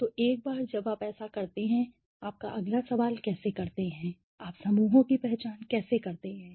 तो एक बार जब आप ऐसा करते हैं कि आप अगला सवाल कैसे करते हैं कि आप समूहों की पहचान कैसे करते हैं